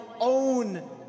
own